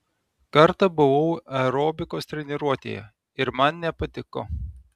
kartą buvau aerobikos treniruotėje ir man nepatiko